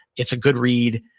it's a good read.